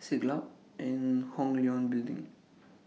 Siglap and Hong Leong Building